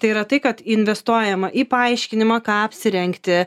tai yra tai kad investuojama į paaiškinimą ką apsirengti